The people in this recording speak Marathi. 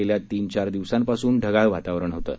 गेल्या तीन चार दिवसांपासून ढगाळ वातावरण होतं